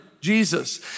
Jesus